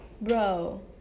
Bro